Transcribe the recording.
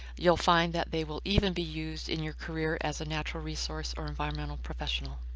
you'll find that they will even be used in your career as a natural resource or environmental professional.